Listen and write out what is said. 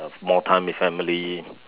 have more time with family